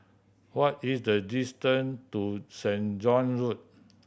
what is the distance to Saint John Road